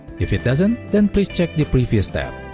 if it doesn't then please check the previous step.